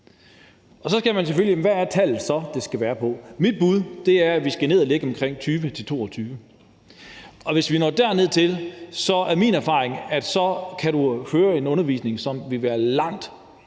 Så spørger man selvfølgelig: Hvad skal tallet så være på? Mit bud er, at vi skal ned og ligge på omkring 20-22 elever. Hvis vi når derned, er det min erfaring, at så kan du føre en undervisning, som vil være langt